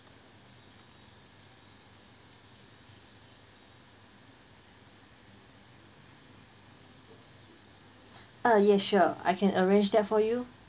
uh yeah sure I can arrange that for you